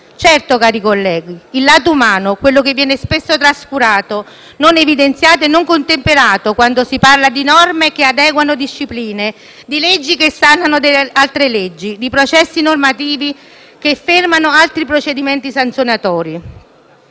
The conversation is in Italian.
Certo, cari colleghi, il lato umano, quello che viene spesso trascurato, non evidenziato o non contemperato, quando si parla di norme che adeguano discipline, di leggi che sanano altre leggi, di processi normativi che fermano altri procedimenti sanzionatori.